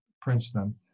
Princeton